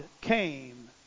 came